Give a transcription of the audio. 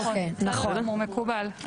נכון, נכון, בסדר גמור, מקובל.